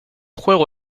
juego